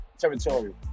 Territorial